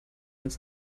ist